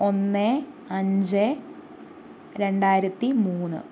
ഒന്ന് അഞ്ച് രണ്ടായിരത്തി മൂന്ന്